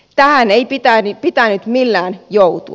tähän ei pitänyt millään joutua